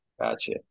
Gotcha